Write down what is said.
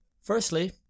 Firstly